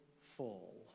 Fall